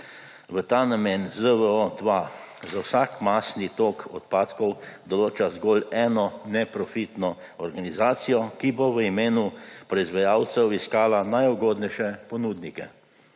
V ta namen ZVO-2 za vsak masni tok odpadkov določa zgolj eno neprofitno organizacijo, ki bo v imenu proizvajalcev iskala najugodnejše ponudnike.